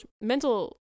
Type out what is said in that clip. mental